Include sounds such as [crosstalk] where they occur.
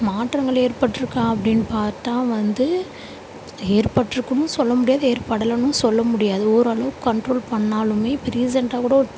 மாற்றங்கள் ஏற்பட்டிருக்கா அப்படின்னு பார்த்தா வந்து ஏற்பட்டிருக்குன்னும் சொல்ல முடியாது ஏற்படலைன்னும் சொல்ல முடியாது ஓரளவுக்கு கண்ட்ரோல் பண்ணாலுமே இப்போ ரீசெண்ட்டாக கூட [unintelligible]